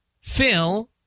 Phil